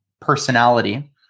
personality